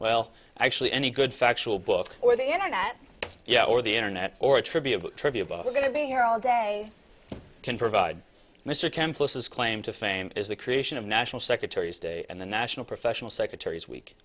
well actually any good factual book or the internet yeah or the internet or attribute of trivia but we're going to be here all day can provide mr campuses claim to fame is the creation of national secretary's day and the national professional secretary's week